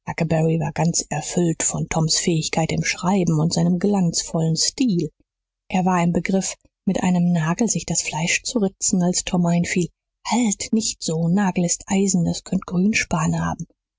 war ganz erfüllt von toms fähigkeit im schreiben und seinem glanzvollen stil er war im begriff mit einem nagel sich das fleisch zu ritzen als tom einfiel halt nicht so nagel ist eisen der könnte grünspan haben